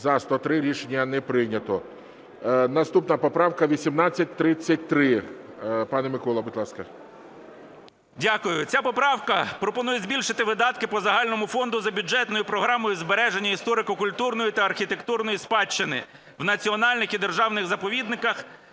За-103 Рішення не прийнято. Наступна поправка 1833. Пане Миколо, будь ласка. 10:45:30 КНЯЖИЦЬКИЙ М.Л. Дякую. Ця поправка пропонує збільшити видатки по загальному фонду за бюджетною програмою "Збереження історико-культурної та архітектурної спадщини в національних і державних заповідниках".